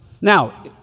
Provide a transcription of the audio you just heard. Now